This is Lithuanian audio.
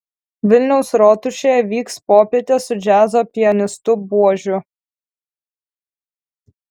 vilniaus rotušėje vyks popietė su džiazo pianistu buožiu